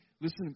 Listen